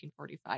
1945